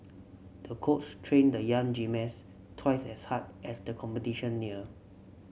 the coach trained the young gymnast twice as hard as the competition near